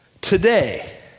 today